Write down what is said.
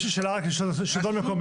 יש לי שאלה רק לשלטון מקומי.